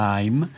Time